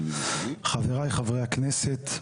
חבריי חברי הכנסת,